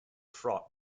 fraught